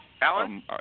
Alan